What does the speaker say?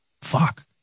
fuck